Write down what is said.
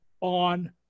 on